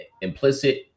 implicit